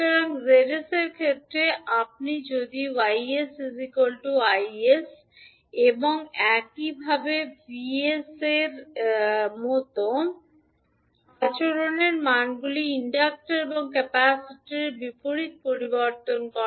সুতরাং 𝑍 𝑠 এর ক্ষেত্রে যদি আপনি Y𝑠 𝐼 𝑠 এবং একইভাবে 𝑉 𝑠 মত আচরণের মানগুলি ইনডাক্টর এবং ক্যাপাসিটরের বিপরীত পরিবর্তন করে